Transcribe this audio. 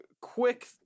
quick